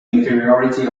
inferiority